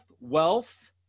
wealth